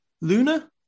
Luna